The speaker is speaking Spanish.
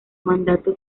mandato